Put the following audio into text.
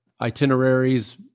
itineraries